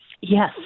Yes